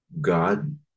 God